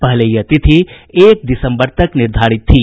पहले यह तिथि एक दिसम्बर तक निर्धारित थी